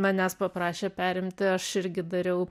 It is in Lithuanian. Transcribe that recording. manęs paprašė perimti aš irgi dariau